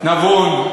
נבון.